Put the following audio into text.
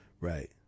Right